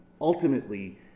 ultimately